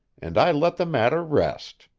and i let the matter rest.